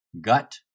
gut